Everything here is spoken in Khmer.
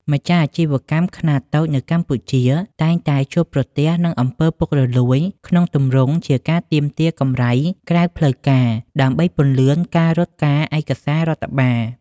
ម្ចាស់អាជីវកម្មខ្នាតតូចនៅកម្ពុជា តែងតែជួបប្រទះនឹង អំពើពុករលួយ ក្នុងទម្រង់ជាការទាមទារកម្រៃក្រៅផ្លូវការ ដើម្បីពន្លឿនការរត់ការឯកសាររដ្ឋបាល។